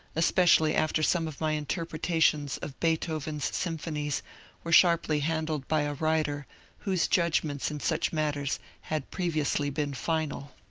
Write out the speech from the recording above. especially after some of my interpretations of beethoven's symphonies were sharply handled by a writer whose judgments in such matters had previously been final.